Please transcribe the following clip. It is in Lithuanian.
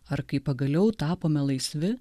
ar kai pagaliau tapome laisvi